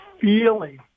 feeling